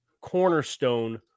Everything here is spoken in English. cornerstone